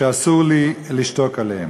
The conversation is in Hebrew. שאסור לי לשתוק עליהם.